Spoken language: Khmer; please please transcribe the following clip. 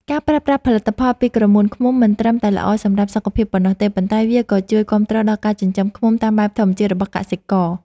ការប្រើប្រាស់ផលិតផលពីក្រមួនឃ្មុំមិនត្រឹមតែល្អសម្រាប់សុខភាពប៉ុណ្ណោះទេ ប៉ុន្តែ វាក៏ជួយគាំទ្រដល់ការចិញ្ចឹមឃ្មុំតាមបែបធម្មជាតិរបស់កសិករ។